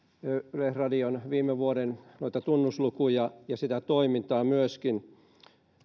yleisradion viime vuoden tunnuslukuja ja sitä toimintaa myöskin